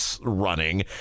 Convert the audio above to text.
running